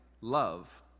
love